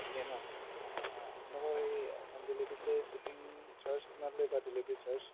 দিয়ে ন অঁ অঁ অঁ আপোনালোকৰ হেৰি হোম ডেলিভাৰী দিলে চিপিং চাৰ্জ কিমান লয় বা ডেলিভাৰী চাৰ্জ